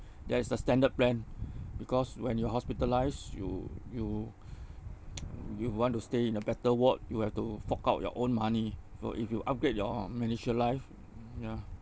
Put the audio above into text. there is the standard plan because when you're hospitalised you you you want to stay in a better ward you have to fork out your own money or if you upgrade your medishield life ya